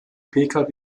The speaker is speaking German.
pkw